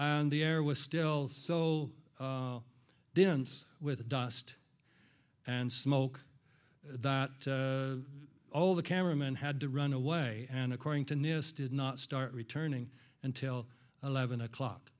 and the air was still so dense with dust and smoke that all the cameraman had to run away and according to nist did not start returning until eleven o'clock